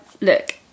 look